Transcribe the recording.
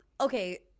okay